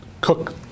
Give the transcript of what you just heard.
cook